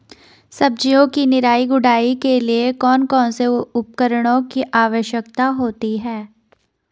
सब्जियों की निराई गुड़ाई के लिए कौन कौन से उपकरणों की आवश्यकता होती है?